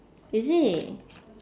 is it